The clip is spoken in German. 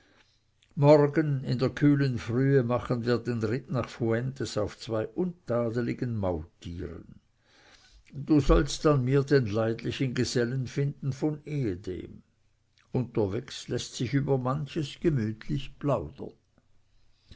morgen in der kühlen frühe machen wir den ritt nach fuentes auf zwei untadeligen maultieren du sollst an mir den leidlichen gesellen finden von ehedem unterwegs läßt sich über manches gemütlich plaudern